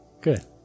Good